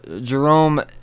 Jerome